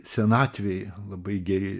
senatvėj labai geri